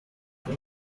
when